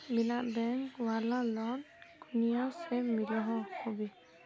बिना बैंक वाला लोन कुनियाँ से मिलोहो होबे?